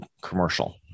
commercial